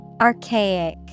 Archaic